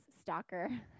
stalker